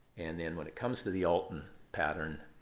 and then when it comes to the alton pattern,